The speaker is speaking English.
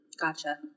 gotcha